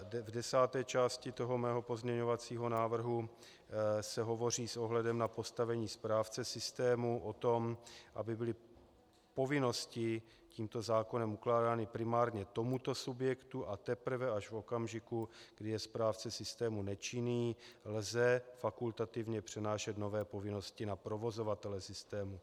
V desáté části mého pozměňovacího návrhu se hovoří s ohledem na postavení správce systému o tom, aby byly povinnosti tímto zákonem ukládány primárně tomuto subjektu, a teprve až v okamžiku, kdy je správce systému nečinný, lze fakultativně přenášet nové povinnosti na provozovatele systému.